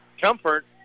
Comfort